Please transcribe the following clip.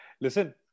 listen